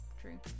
True